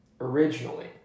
originally